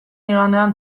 igandean